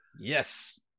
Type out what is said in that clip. yes